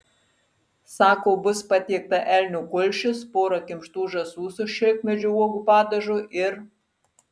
sako bus patiekta elnio kulšis pora kimštų žąsų su šilkmedžio uogų padažu ir